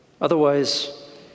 Otherwise